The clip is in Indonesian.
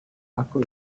aku